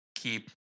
keep